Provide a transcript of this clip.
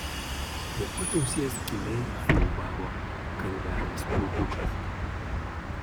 prie pat ausies kimiai suūbavo karvelis uldukas